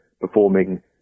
performing